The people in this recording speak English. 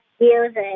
music